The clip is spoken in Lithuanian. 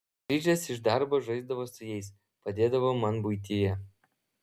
grįžęs iš darbo žaisdavo su jais padėdavo man buityje